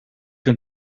een